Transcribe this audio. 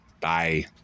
Bye